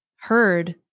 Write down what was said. heard